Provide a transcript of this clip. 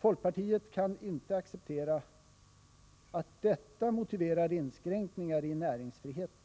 Folkpartiet kan inte acceptera att detta motiverar inskränkningar i näringsfriheten.